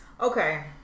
Okay